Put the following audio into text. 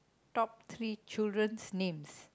top three children's names